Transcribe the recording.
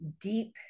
deep